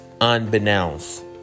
unbeknownst